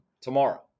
tomorrow